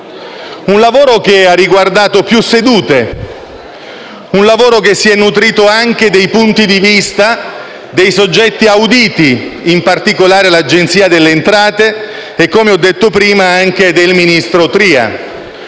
Un lavoro che si è svolto in più sedute e si è nutrito anche dei punti di vista dei soggetti auditi, in particolare dell'Agenzia delle entrate e, come ho detto prima, del ministro Tria,